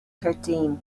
thirteen